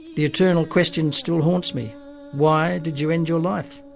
the eternal question still haunts me why did you end your life?